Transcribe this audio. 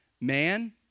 Man